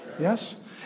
Yes